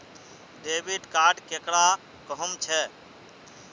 Debit card केकरा कहुम छे?